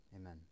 amen